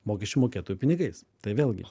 mokesčių mokėtojų pinigais tai vėlgi